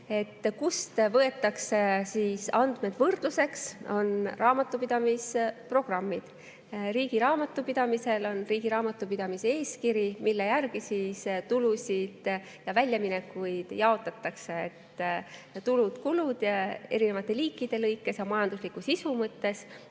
Kust võetakse andmed võrdluseks, on raamatupidamise programmid. Riigi raamatupidamisel on riigi raamatupidamise eeskiri, mille järgi tulusid ja väljaminekuid jaotatakse: tulud-kulud erinevate liikide lõikes ja majandusliku sisu mõttes,